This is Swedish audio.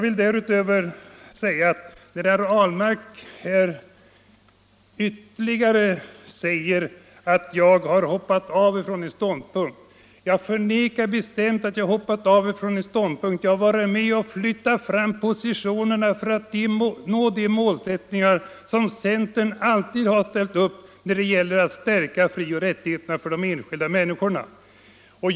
Herr Ahlmark säger vidare att jag har hoppat av från en ståndpunkt. Jag förnekar bestämt att jag har gjort detta. Jag har varit med om att flytta fram positionerna för att uppnå de mål som centern alltid ställt upp när det gäller att stärka frioch rättigheterna för de enskilda människorna.